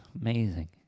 Amazing